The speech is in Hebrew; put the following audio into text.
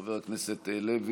חבר הכנסת לוי,